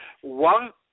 one